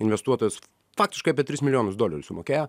investuotojas faktiškai apie tris milijonus dolerių sumokėjo